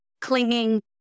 clinging